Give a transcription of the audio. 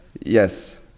Yes